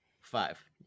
Five